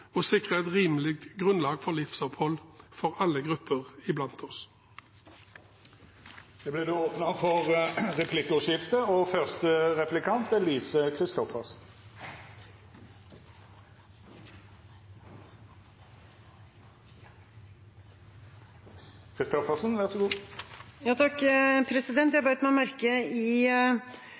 å sikre et rimelig grunnlag for livsopphold for alle grupper blant oss. Det vert replikkordskifte. Jeg bet meg merke i